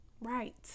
Right